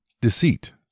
deceit